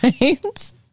Right